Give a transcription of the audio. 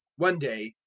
one day,